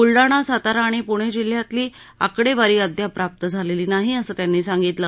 बुलडाणा सातारा आणि पुणे जिल्ह्यातली आकडेवारी अद्याप प्राप्त झालेली नाही असं त्यांनी सांगितलं